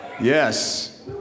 Yes